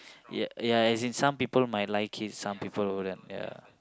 ya ya as in some people might like it some people wouldn't ya